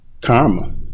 karma